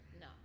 No